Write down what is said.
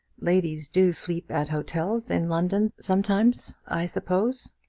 ladies do sleep at hotels in london sometimes, i suppose?